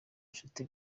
nshuti